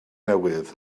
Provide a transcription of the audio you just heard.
newydd